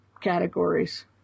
categories